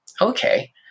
Okay